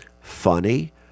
funny